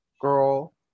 girl